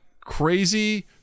crazy